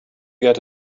get